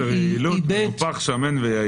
חוסר יעילות, מנופח ושמן.